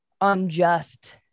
unjust